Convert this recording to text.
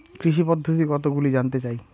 কৃষি পদ্ধতি কতগুলি জানতে চাই?